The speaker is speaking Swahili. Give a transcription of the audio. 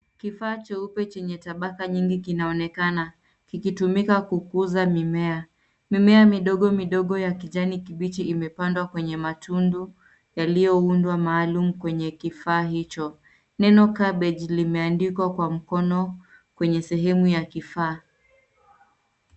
Kifaa cheupe chenye tabaka nyingi kinaonekana, kikitumika kukuza mimea. Mimea midogo midogo ya kijani kibichi imepandwa kwenye matundu yaliyoundwa maalum kwenye kifaa hicho. Neno cabbage limeandikwa kwa mkono kwenye sehemu ya kifaa.